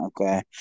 okay